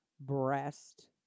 breast